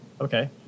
okay